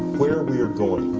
where we are going.